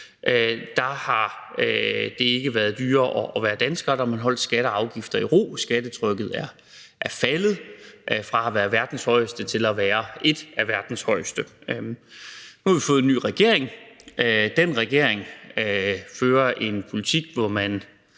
at det ikke har været dyrere at være dansker; der har man holdt skatter og afgifter i ro. Skattetrykket er faldet fra at være verdens højeste til at være et af verdens højeste. Nu har vi fået en ny regering. Den regering fører en politik, hvor man